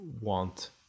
want